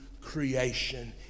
creation